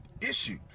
issue